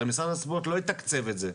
הרי משרד הספורט לא יתקצב את זה.